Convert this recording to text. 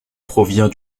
provient